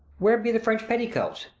where be the french petticoats,